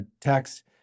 text